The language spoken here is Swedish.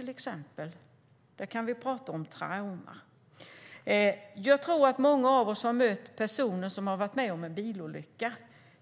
I sådana fall kan vi tala om ett trauma. Jag tror att många av oss har mött personer som varit med om en bilolycka.